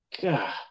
god